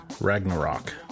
Ragnarok